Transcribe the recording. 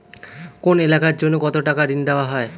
কোন এলাকার জন্য কত টাকা ঋণ দেয়া হয়?